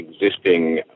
existing